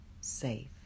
safe